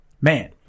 Man